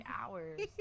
hours